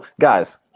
guys